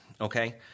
okay